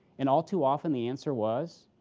and all too often, the answer was,